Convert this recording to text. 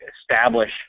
establish